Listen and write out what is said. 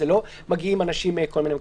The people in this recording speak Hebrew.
כי לא מגיעים לשם אנשים מכל מיני מקומות.